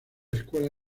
escuela